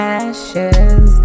ashes